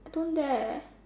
I don't dare